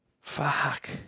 Fuck